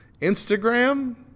Instagram